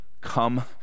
Come